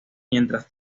mientras